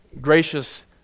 Gracious